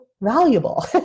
valuable